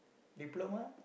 diploma